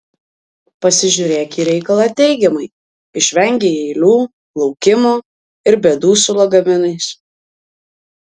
pasižiūrėk į reikalą teigiamai išvengei eilių laukimo ir bėdų su lagaminais